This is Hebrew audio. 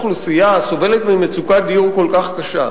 כאשר אוכלוסייה סובלת ממצוקת דיור כל כך קשה,